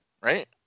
right